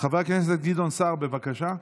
חבר הכנסת גדעון סער, בבקשה.